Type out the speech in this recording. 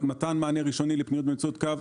מתן מענה ראשוני לפניות באמצעות קו,